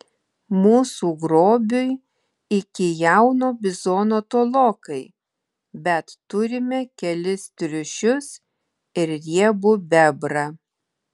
mūsų grobiui iki jauno bizono tolokai bet turime kelis triušius ir riebų bebrą